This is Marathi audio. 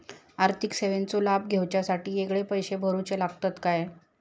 आर्थिक सेवेंचो लाभ घेवच्यासाठी वेगळे पैसे भरुचे लागतत काय?